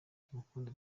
tumukunde